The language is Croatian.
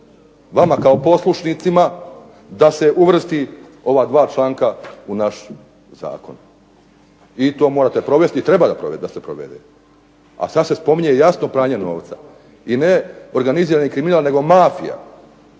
vama kao poslušnicima da se uvrsti ova dva članka u naš zakon. I to se mora i treba se provesti. A sada se spominje jasno pranje novca i ne organizirani kriminal, nego mafija